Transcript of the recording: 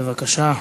בבקשה.